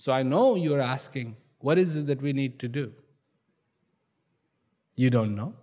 so i know you are asking what is it that we need to do you don't know